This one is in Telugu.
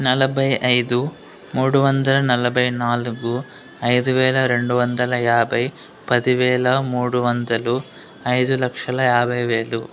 నలభై ఐదు మూడు వందల నలభై నాలుగు ఐదు వేల రెండు వందల యాభై పది వేల మూడు వందలు ఐదు లక్షల యాభై వేలు